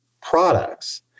products